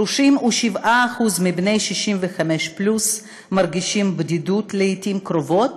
37% מבני ה-65 פלוס מרגישים בדידות לעתים קרובות,